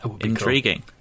intriguing